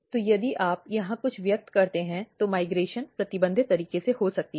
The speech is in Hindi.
तो यदि आप यहां कुछ व्यक्त करते हैं तो माइग्रेशन प्रतिबंधित तरीके से हो सकती है